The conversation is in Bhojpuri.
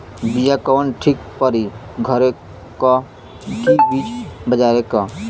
बिया कवन ठीक परी घरे क की बजारे क?